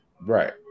right